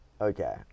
Okay